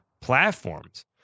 platforms